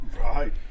right